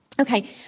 Okay